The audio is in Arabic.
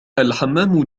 الحمّام